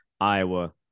Iowa